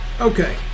Okay